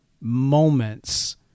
moments